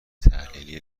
تحلیلی